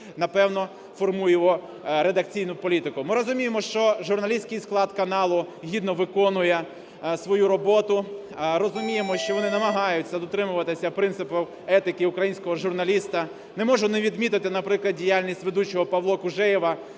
напевне, формує його редакційну політику. Ми розуміємо, що журналістський склад каналу гідно виконує свою роботу, розуміємо, що вони намагаються дотримувати принципу етики українського журналіста. Не можу не відмітити, наприклад, діяльність ведучого Павла Кужеєва,